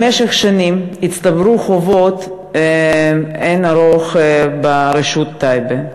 במשך שנים הצטברו חובות לאין ערוך ברשות טייבה.